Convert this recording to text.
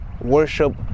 worship